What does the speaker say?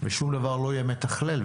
ושום דבר לא יהיה מתכלל,